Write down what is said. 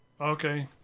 Okay